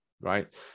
right